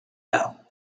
helm